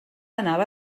anava